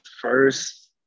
first